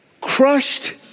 crushed